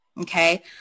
Okay